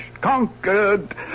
conquered